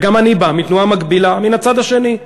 וגם אני בא מתנועה מקבילה מן הצד השני,